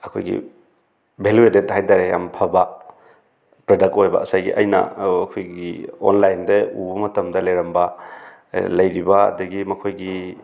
ꯑꯩꯈꯣꯏꯒꯤ ꯚꯦꯂꯨꯑꯦꯗꯦꯗ ꯍꯥꯏꯇꯥꯥꯏꯔꯦ ꯌꯥꯃ ꯐꯕ ꯄ꯭ꯔꯗꯛ ꯑꯣꯏꯕ ꯉꯁꯥꯏꯒꯤ ꯑꯩꯅ ꯑꯩꯈꯣꯏꯒꯤ ꯑꯣꯟꯂꯥꯏꯟꯗ ꯎꯕ ꯃꯇꯝꯗ ꯂꯩꯔꯝꯕ ꯂꯩꯔꯤꯕ ꯑꯗꯒꯤ ꯃꯈꯣꯏꯒꯤ